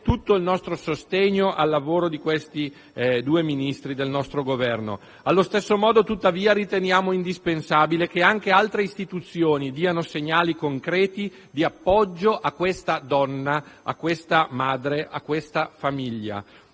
tutto il nostro sostegno al lavoro di questi due Ministri del nostro Governo. Allo stesso modo, tuttavia, riteniamo indispensabile che anche altre istituzioni diano segnali concreti di appoggio a questa donna, a questa madre e a questa famiglia.